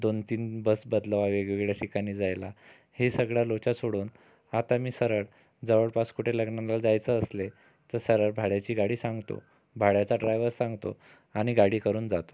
दोनतीन बस बदला वेगवेगळ्या ठिकाणी जायला हे सगळा लोचा सोडून आता मी सरळ जवळपास कुठे लग्नाला जायचं असले तर सरळ भाड्याची गाडी सांगतो भाड्याचा ड्रायवर सांगतो आणि गाडी करून जातो